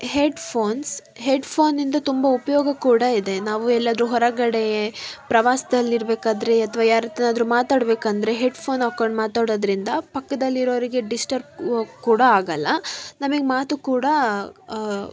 headphones ಹೆಡ್ಫೋನ್ನಿಂದ ತುಂಬ ಉಪಯೋಗ ಕೂಡ ಇದೆ ನಾವು ಎಲ್ಲಾದರೂ ಹೊರಗಡೆ ಪ್ರವಾಸದಲ್ಲಿರ್ಬೇಕಾದ್ರೆ ಅಥವಾ ಯಾರ ಹತ್ರನಾದ್ರೂ ಮಾತಾಡಬೇಕಂದ್ರೆ ಹೆಡ್ಫೋನ್ ಹಾಕೊಂಡು ಮಾತಾಡೋದರಿಂದ ಪಕ್ಕದಲ್ಲಿರೋರಿಗೆ ಡಿಷ್ಟರ್ಬ್ ಕೂ ಕೂಡ ಆಗೋಲ್ಲ ನಮಿಗೆ ಮಾತು ಕೂಡ